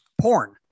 porn